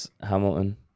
Hamilton